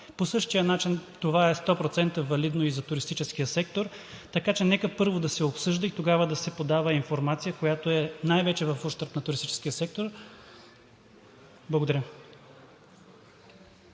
по същия начин това е на 100% валидно и за туристическия сектор, така че нека първо да се обсъжда и тогава да се подава информация, която е най-вече в ущърб на туристическия сектор. Благодаря.